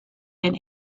been